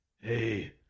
hey